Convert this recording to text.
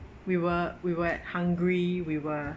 we were we were at hungary we were